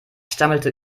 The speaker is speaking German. stammelte